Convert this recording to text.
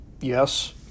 yes